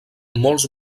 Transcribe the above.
molts